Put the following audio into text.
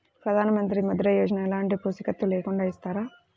ప్రధానమంత్రి ముద్ర యోజన ఎలాంటి పూసికత్తు లేకుండా ఇస్తారా?